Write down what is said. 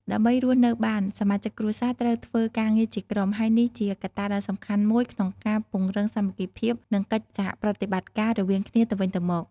ដើម្បីរស់នៅបាន សមាជិកគ្រួសារត្រូវធ្វើការងារជាក្រុម ហើយនេះជាកត្តាដ៏សំខាន់មួយក្នុងការ ពង្រឹងសាមគ្គីភាព និង កិច្ចសហប្រតិបត្តិការ រវាងគ្នាទៅវិញទៅមក។